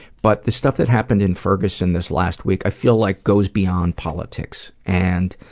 but the stuff that happened in ferguson this last week, i feel like goes beyond politics. and